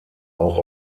auch